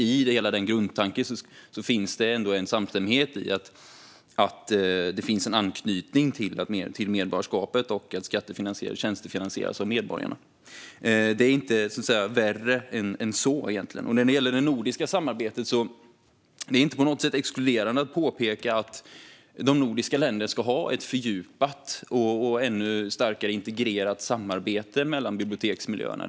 I hela grundtanken finns en samstämmighet i att det finns en anknytning till medborgarskapet och att tjänsterna skattefinansieras av medborgarna. Det är egentligen inte värre än så. När det gäller det nordiska samarbetet är det inte på något sätt exkluderande att påpeka att de nordiska länderna ska ha ett fördjupat och ännu starkare integrerat samarbete mellan biblioteksmiljöerna.